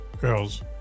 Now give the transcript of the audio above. girls